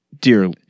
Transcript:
dear